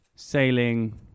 Sailing